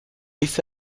bis